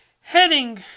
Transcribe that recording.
Heading